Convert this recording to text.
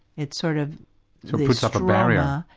it's sort of. so it puts up a barrier.